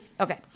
Okay